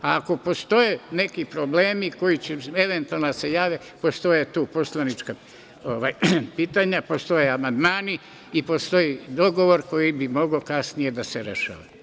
Ako postoje neki problemi koji će eventualno da se jave postoje tu poslanička pitanja, postoje amandmani i postoji dogovor koji bi mogao kasnije da se rešava.